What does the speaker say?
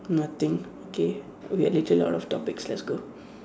nothing okay we literally out of topics let's go